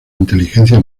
inteligencia